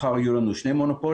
מחר יהיו לנו שני מונופולים.